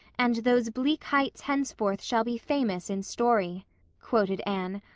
and those bleak heights henceforth shall be famous in story quoted anne,